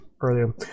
earlier